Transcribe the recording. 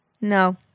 No